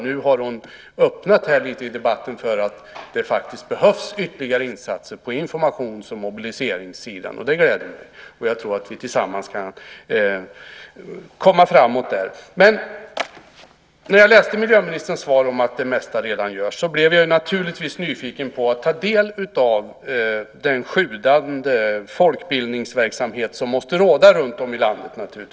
Nu har hon öppnat lite grann i debatten här för att det faktiskt behövs ytterligare insatser på informations och mobiliseringssidan. Det gläder mig. Jag tror att vi tillsammans kan komma framåt där. När jag läste ministerns svar om att det mesta redan görs blev jag naturligtvis nyfiken på att få ta del av den sjudande folkbildningsverksamhet som då naturligtvis måste råda runtom i landet.